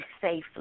safely